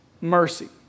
mercy